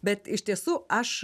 bet iš tiesų aš